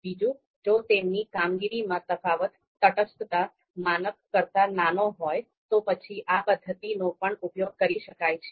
બીજું જો તેમની કામગીરીમાં તફાવત તટસ્થતા માનક કરતાં નાનો હોય તો પછી આ પદ્ધતિનો પણ ઉપયોગ કરી શકાય છે